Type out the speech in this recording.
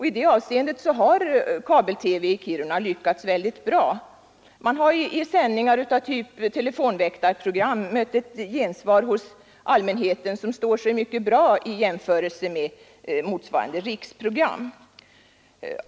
I det fallet har kabel-TV i Kiruna lyckats väldigt bra. Man har i sändningar av typ telefonväktarprogram mött ett gensvar som står sig mycket bra i jämförelse med motsvarande riksprogram.